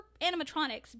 animatronics